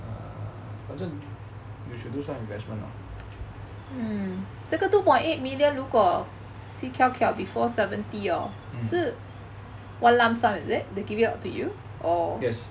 err 反正 you should do some investment lah yes